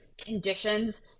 conditions